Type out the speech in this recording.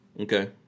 okay